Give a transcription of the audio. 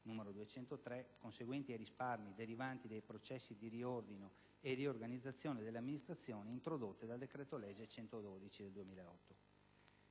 n. 203, conseguenti ai risparmi derivanti dai processi di riordino e riorganizzazione delle amministrazioni introdotte dal decreto-legge n. 112 del 2008.